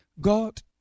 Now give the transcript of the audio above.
God